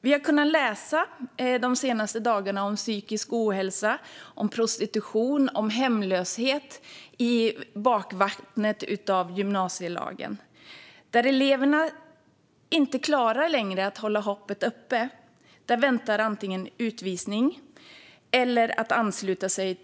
Vi har de senaste dagarna kunnat läsa om psykisk ohälsa, om prostitution och om hemlöshet i bakvattnet av gymnasielagen. När eleverna inte längre klarar att hålla hoppet uppe väntar antingen utvisning eller att ansluta sig